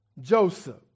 Joseph